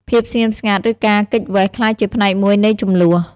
ភាពស្ងៀមស្ងាត់ ឬការគេចវេសក្លាយជាផ្នែកមួយនៃជម្លោះ។